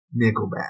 Nickelback